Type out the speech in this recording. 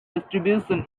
distribution